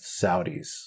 Saudis